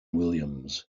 williams